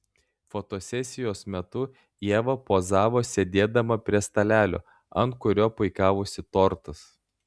fotosesijos metu ieva pozavo sėdėdama prie stalelio ant kurio puikavosi tortas